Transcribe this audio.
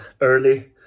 early